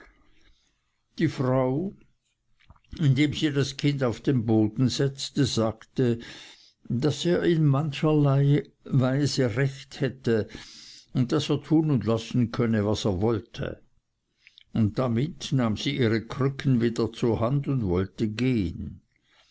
die frau indem sie das kind auf den boden setzte sagte daß er in mancherlei hinsicht recht hätte und daß er tun und lassen könnte was er wollte und damit nahm sie ihre krücken wieder zur hand und wollte gehn